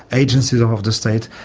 agencies of the state,